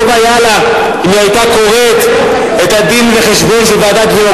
טוב היה לה אם היא היתה קוראת את הדין-וחשבון של ועדת-וינוגרד,